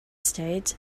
states